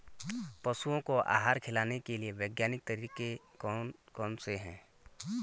पशुओं को आहार खिलाने के लिए वैज्ञानिक तरीके कौन कौन से हैं?